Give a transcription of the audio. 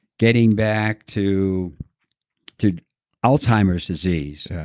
getting back to to alzheimer's disease,